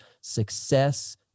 success